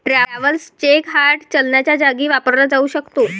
travellers cheque hard चलनाच्या जागी वापरला जाऊ शकतो